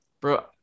Bro